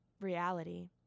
reality